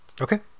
Okay